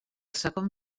segon